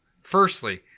Firstly